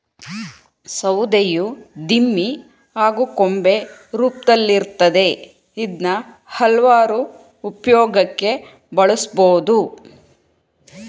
ಸೌಧೆಯು ದಿಮ್ಮಿ ಹಾಗೂ ಕೊಂಬೆ ರೂಪ್ದಲ್ಲಿರ್ತದೆ ಇದ್ನ ಹಲ್ವಾರು ಉಪ್ಯೋಗಕ್ಕೆ ಬಳುಸ್ಬೋದು